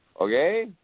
okay